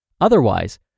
Otherwise